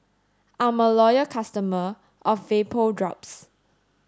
I'm a loyal customer of Vapodrops